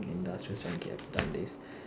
industrial trying to get and done this